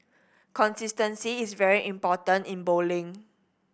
consistency is very important in bowling